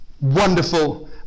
Wonderful